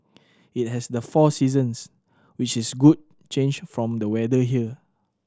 it has the four seasons which is a good change from the weather here